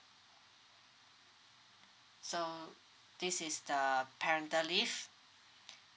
so this is the parental leave